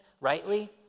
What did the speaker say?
rightly